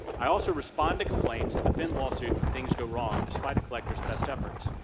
i also respond to complaints and defend lawsuits when things go wrong, despite a collector's best efforts.